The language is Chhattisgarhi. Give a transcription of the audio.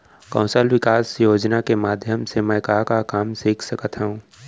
कौशल विकास योजना के माधयम से मैं का का काम सीख सकत हव?